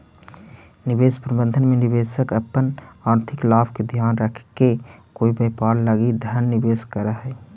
निवेश प्रबंधन में निवेशक अपन आर्थिक लाभ के ध्यान रखके कोई व्यापार लगी धन निवेश करऽ हइ